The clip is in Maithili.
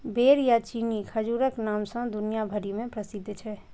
बेर या चीनी खजूरक नाम सं दुनिया भरि मे प्रसिद्ध छै